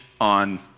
on